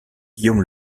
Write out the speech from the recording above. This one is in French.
guillaume